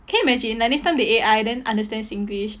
can you imagine like next time they A_I then understand singlish